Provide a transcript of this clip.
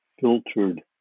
filtered